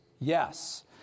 yes